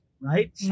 Right